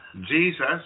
Jesus